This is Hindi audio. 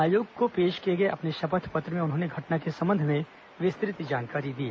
आयोग को पेश किए गए अपने शपथ पत्र में उन्होंने घटना के संबंध में विस्तृत जानकारी दी